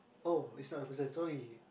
oh it's not the person sorry